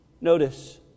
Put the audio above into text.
Notice